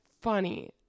funny